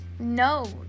No